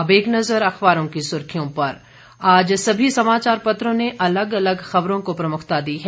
अब एक नजर अखबारों की सुर्खियों पर आज सभी समाचार पत्रों ने अलग अलग खबरों को प्रमुखता दी है